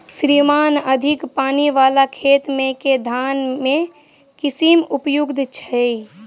श्रीमान अधिक पानि वला खेत मे केँ धान केँ किसिम उपयुक्त छैय?